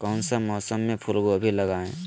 कौन सा मौसम में फूलगोभी लगाए?